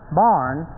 barn